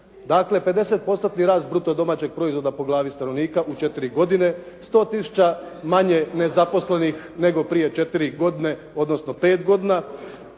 Dakle 50%-tni rast brutodomaćeg proizvoda po glavi stanovnika u četiri godine, 100 tisuća manje nezaposlenih nego prije 4 godine, odnosno 5 godina,